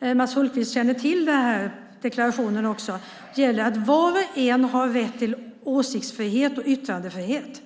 Peter Hultqvist känner till den deklarationen - att var och en har rätt till åsiktsfrihet och yttrandefrihet.